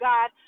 God